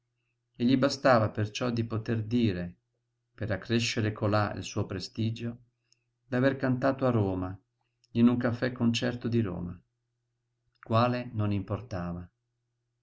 e gli bastava perciò di poter dire per accrescere colà il suo prestigio d'aver cantato a roma in un caffè-concerto di roma quale non importava